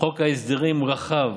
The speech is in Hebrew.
חוק הסדרים רחב